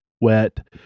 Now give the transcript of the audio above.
wet